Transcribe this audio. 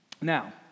Now